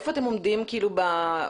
איפה אתם עומדים ביישום?